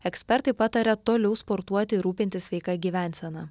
ekspertai pataria toliau sportuoti ir rūpintis sveika gyvensena